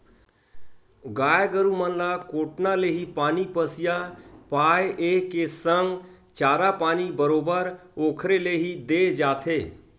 गाय गरु मन ल कोटना ले ही पानी पसिया पायए के संग चारा पानी बरोबर ओखरे ले ही देय जाथे